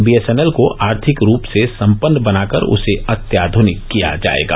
BSNL को आर्थिक रूप से सम्पन्न बना कर उसे अत्याधुनिक किया जायेगा